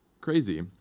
crazy